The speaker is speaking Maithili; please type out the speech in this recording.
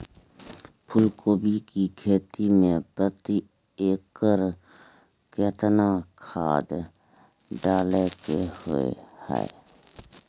फूलकोबी की खेती मे प्रति एकर केतना खाद डालय के होय हय?